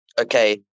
Okay